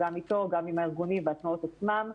גם אתו וגם עם הארגונים והתנועות עצמן.